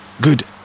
good